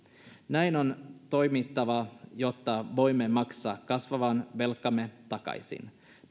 näin on toimittava jotta voimme maksaa kasvavan velkamme takaisin